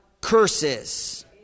curses